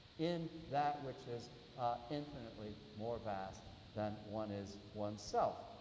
in that which is infinitely more vast than one is oneself.